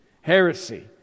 heresy